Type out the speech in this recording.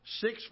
six